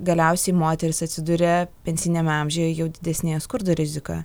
galiausiai moteris atsiduria pensiniame amžiuje jau didesnėje skurdo rizikoje